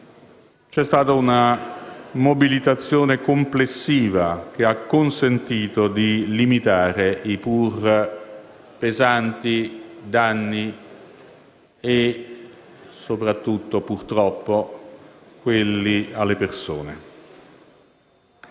C'è stata una mobilitazione complessiva che ha consentito di limitare i pur pesanti danni causati soprattutto, purtroppo, alle persone.